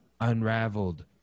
unraveled